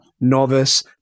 novice